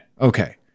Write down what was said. Okay